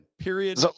period